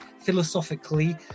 philosophically